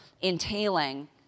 entailing